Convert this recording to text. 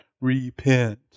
repent